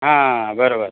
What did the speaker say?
हा बरोबर